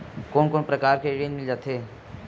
कोन कोन प्रकार के ऋण मिल जाथे?